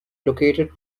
located